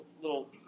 little